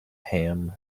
ham